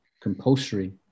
compulsory